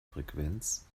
frequenz